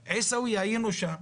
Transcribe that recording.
עיסאוויה, היינו שם,